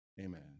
Amen